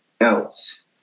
else